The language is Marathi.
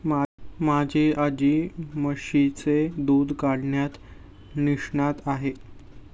माझी आजी म्हशीचे दूध काढण्यात निष्णात आहे